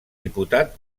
diputat